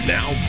Now